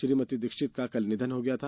श्रीमती दीक्षित का कल निधन हो गया था